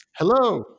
Hello